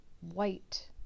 white